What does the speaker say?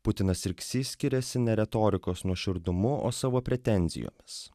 putinas ir ksi skiriasi ne retorikos nuoširdumu o savo pretenzijomis